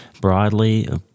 broadly